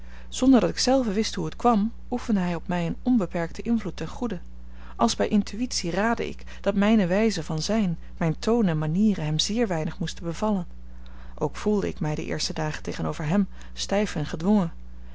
zonder dat ik zelve wist hoe het kwam oefende hij op mij een onbeperkten invloed ten goede als bij intuïtie raadde ik dat mijne wijze van zijn mijn toon en manieren hem zeer weinig moesten bevallen ook voelde ik mij de eerste dagen tegenover hem stijf en gedwongen